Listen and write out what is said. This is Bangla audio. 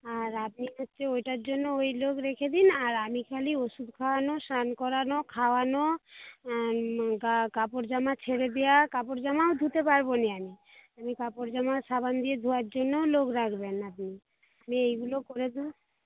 আর আপনি হচ্ছে ওইটার জন্য ওই লোক রেখে দিন আর আমি খালি ওষুধ খাওয়ানো স্নান করানো খাওয়ানো গা কাপড় জামা ছেড়ে দেওয়া কাপড় জামাও ধুতে পারবনা আমি আমি কাপড় জামা সাবান দিয়ে ধোয়ার জন্যও লোক রাখবেন আপনি আপনি এইগুলো করে দিন